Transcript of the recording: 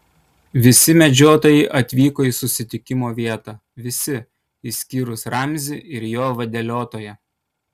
visi medžiotojai atvyko į susitikimo vietą visi išskyrus ramzį ir jo vadeliotoją